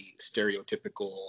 stereotypical